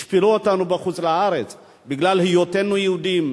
השפילו אותנו בחוץ-לארץ בגלל היותנו יהודים,